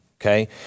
okay